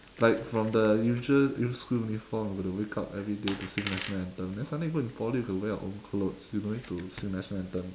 like from the usual use school uniform you gotta wake up everyday to sing national anthem then suddenly go in poly you could wear your own clothes you no need to sing national anthem